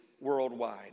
worldwide